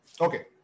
Okay